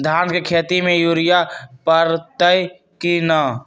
धान के खेती में यूरिया परतइ कि न?